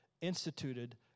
instituted